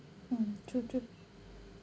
mm true true